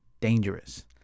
dangerous